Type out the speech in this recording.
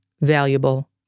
valuable